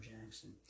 Jackson